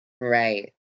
Right